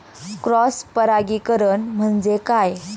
Cross परागीकरण म्हणजे काय?